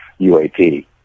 UAP